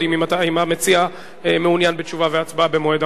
המציע מעוניין בתשובה והצבעה במועד אחר.